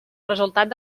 resultat